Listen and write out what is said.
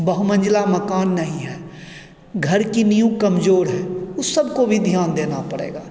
बहुमन्जिला मकान नहीं है घर की नींव कमजोर है उस सबको भी ध्यान देना पड़ेगा